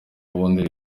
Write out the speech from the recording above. ubundi